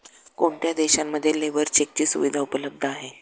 कोणत्या देशांमध्ये लेबर चेकची सुविधा उपलब्ध आहे?